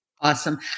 Awesome